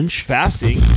...fasting